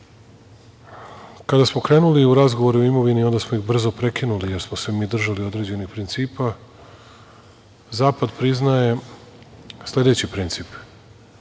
smo krenuli u razgovore o imovini, onda smo ih brzo prekinuli, jer smo se mi držali određenih principa. Zapad priznaje sledeći princip,